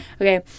Okay